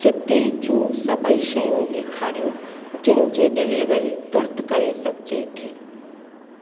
सिद्धी जूं सभई शयूं ॾेखारियो जिन जी डिलेवरी तुर्त करे सघिजे थी